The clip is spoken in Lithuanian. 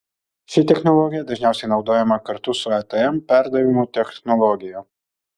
ši technologija dažniausiai naudojama kartu su atm perdavimo technologija